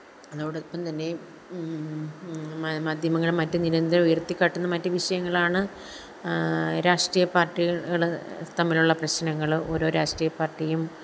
അതിനോടൊപ്പം തന്നെയും മാധ്യമങ്ങളും മറ്റും നിരന്തരം ഉയര്ത്തിക്കാട്ടുന്ന മറ്റു വിഷയങ്ങളാണ് രാഷ്ട്രീയ പാര്ട്ടികൾ തമ്മിലുള്ള പ്രശ്നങ്ങൾ ഓരോ രാഷ്ട്രീയ പാര്ട്ടിയും